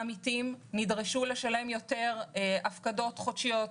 העמיתים נדרשו לשלם יותר הפקדות חודשיות,